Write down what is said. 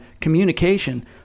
communication